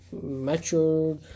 mature